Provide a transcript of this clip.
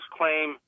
claim